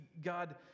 God